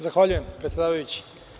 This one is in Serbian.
Zahvaljujem, predsedavajući.